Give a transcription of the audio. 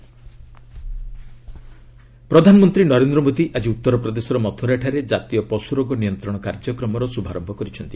PM Mathura ପ୍ରଧାନମନ୍ତ୍ରୀ ନରେନ୍ଦ୍ର ମୋଦି ଆଜି ଉତ୍ତର ପ୍ରଦେଶର ମଥ୍ରରାଠାରେ ଜାତୀୟ ପଶୁ ରୋଗ ନିୟନ୍ତ୍ରଣ କାର୍ଯ୍ୟକ୍ରମର ଶୁଭାରମ୍ଭ କରିଛନ୍ତି